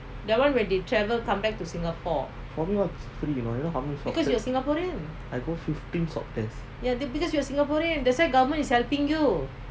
for me all is free you know you know how many swab test I go fifteen swab test